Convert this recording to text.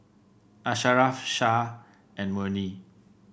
Asharaff Shah and Murni